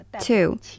Two